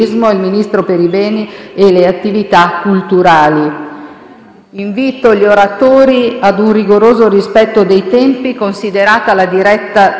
Invito gli oratori ad un rigoroso rispetto dei tempi, considerata la diretta televisiva in corso. Il senatore Casini